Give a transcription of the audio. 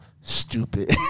stupid